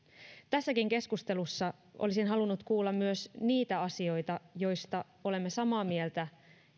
tässäkin keskustelussa olisin halunnut kuulla myös niitä asioita joista olemme samaa mieltä